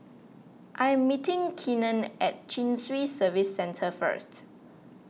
I am meeting Keenen at Chin Swee Service Centre first